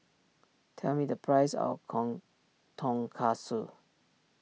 tell me the price of kong Tonkatsu